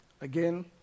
Again